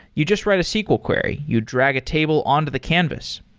you just write a sql query. you drag a table on to the canvas.